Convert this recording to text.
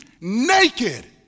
naked